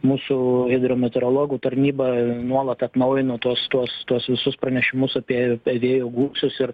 mūsų hidrometeorologų tarnyba nuolat atnaujina tuos tuos tuos visus pranešimus apie vėjo gūsius ir